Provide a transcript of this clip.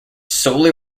solely